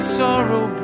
sorrow